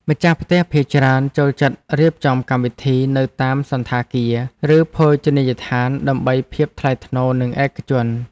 ម្ចាស់ផ្ទះភាគច្រើនចូលចិត្តរៀបចំកម្មវិធីនៅតាមសណ្ឋាគារ ឬភោជនីយដ្ឋានដើម្បីភាពថ្លៃថ្នូរនិងឯកជន។